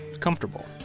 comfortable